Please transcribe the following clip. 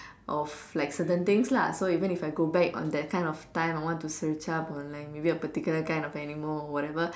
of like certain things lah so even if I go back on that kind of time I want to search up on like maybe a particular kind of animal whatever